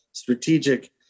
strategic